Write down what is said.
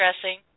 Dressing